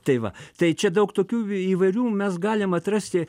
tai va tai čia daug tokių įvairių mes galim atrasti